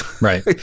Right